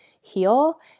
heal